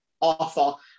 awful